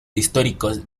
históricos